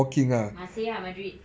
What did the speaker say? masih ah madrid